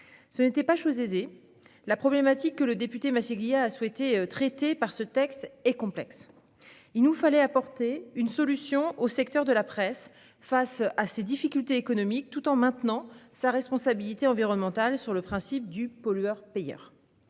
Ce n'était pas chose aisée : la problématique que le député Masséglia a souhaité traiter est complexe. Il nous fallait apporter une solution au secteur de la presse face à ses difficultés économiques, tout en maintenant sa responsabilité environnementale sur le principe pollueur-payeur.